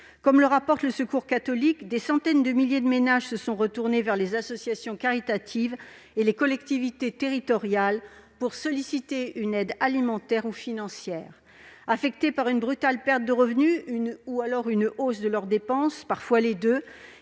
comme le rapporte le Secours catholique, des centaines de milliers de ménages se sont retournés vers les associations caritatives et les collectivités territoriales pour solliciter une aide alimentaire ou financière. Affectés par une brutale perte de revenus ou une hausse de leurs dépenses- parfois les deux